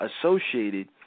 associated